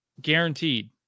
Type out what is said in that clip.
Guaranteed